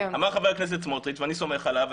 אמר חבר הכנסת סמוטריץ' ואני סומך עליו,